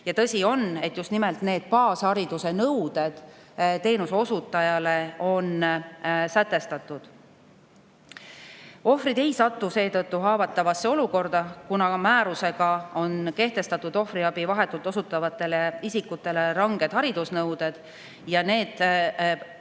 Ja tõsi on, et just nimelt need baasharidusnõuded teenuse osutajale on sätestatud. Ohvrid ei sattu seetõttu haavatavasse olukorda, kuna määrusega on kehtestatud ohvriabi vahetult osutavatele isikutele ranged haridusnõuded. Ainuüksi